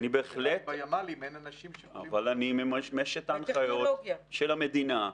אז בימ"לים אין אנשים --- אבל אני מממש את ההנחיות של המדינה.